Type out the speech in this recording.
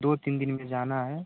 दो तीन दिन में जाना है